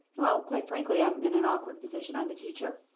well, quite frankly, i'm in an awkward position. i'm a teacher.